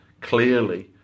Clearly